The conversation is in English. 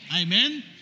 Amen